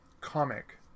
comic